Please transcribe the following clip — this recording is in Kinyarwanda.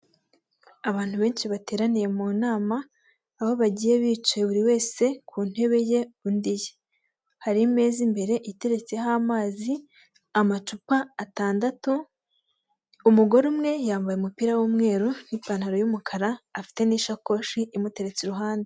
Abantu benshi bateraniye mu nama aho bagiye bicaye buri wese ku ntebe ye undi iye, hari ameza imbere iteretseho amazi amacupa atandatu. Umugore umwe yambaye umupira w'umweru n'ipantaro y'umukara, afite n'isakoshi imuteretse iruhande.